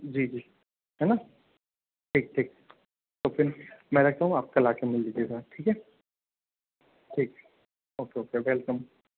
जी जी है ना ठीक ठीक तो फिर मैं रखता हूँ कल आ के आप मिल लीजिएगा ठीक है ठीक ओके ओके वेलकम